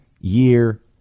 year